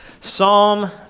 Psalm